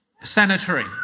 sanitary